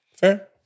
Fair